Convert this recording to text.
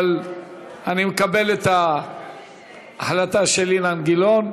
אבל אני מקבל את ההחלטה של אילן גילאון.